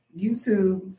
YouTube